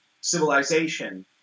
civilization